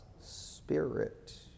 Spirit